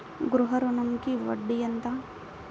గృహ ఋణంకి వడ్డీ ఎంత?